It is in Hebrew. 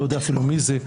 שאני לא יודע אפילו מי זה,